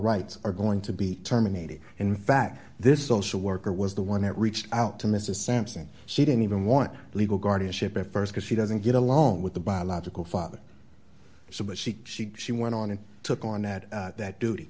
rights are going to be terminated in fact this social worker was the one that reached out to mrs sampson she didn't even want legal guardianship at st because she doesn't get along with the biological father so much she she she went on and took on at that duty